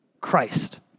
Christ